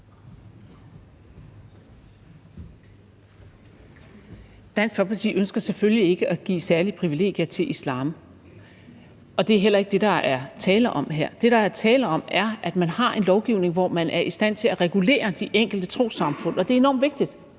Dansk Folkeparti ønsker selvfølgelig ikke at give særlige privilegier til islam, og det er heller ikke det, der er tale om her. Det, der er tale om, er, at man har en lovgivning, hvor man er i stand til at regulere de enkelte trossamfund, og det er enormt vigtigt.